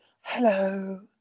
hello